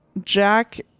jack